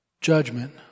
Judgment